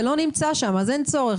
זה לא נמצא שם אז אין צורך.